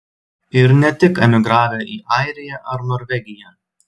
ir ne tik emigravę į airiją ar norvegiją